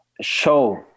show